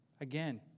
again